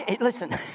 Listen